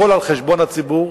הכול על-חשבון הציבור,